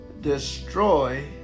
destroy